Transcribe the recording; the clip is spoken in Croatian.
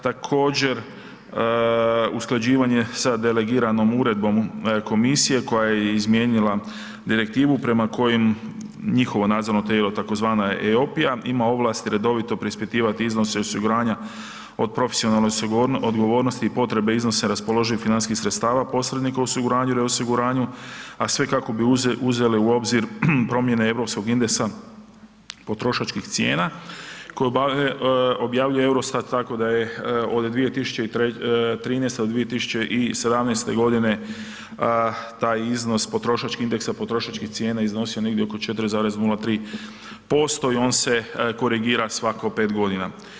Također, usklađivanje sa delegiranog uredbom Komisije koja je izmijenila direktivu prema kojim njihovo nadzorno tijelo tzv. Eopija ima ovlasti redovito preispitivati iznose osiguranja od profesionalne odgovornosti i potrebe iznose raspoloživih financijskih sredstava, posrednika u osiguranju i reosiguranju, a sve kako bi uzele u obzir promjene EU indeksa potrošačkih cijena koje objavljuje Eurostat tako da je od 2013. do 2017. g. taj iznos, potrošački indeksa potrošačkih cijena iznosio negdje oko 4,03% i on se korigira svako 5 godina.